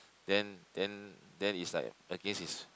then then then is like it's against his